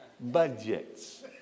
Budgets